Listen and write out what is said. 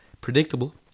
Predictable